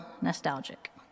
nostalgic